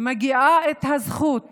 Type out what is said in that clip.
וגם לתינוק מגיעה הזכות